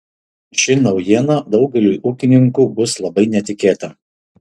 ši naujiena daugeliui ūkininkų bus labai netikėta